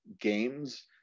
games